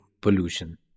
pollution